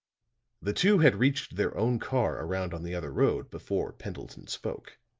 the two had reached their own car around on the other road before pendleton spoke.